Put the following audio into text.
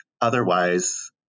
otherwise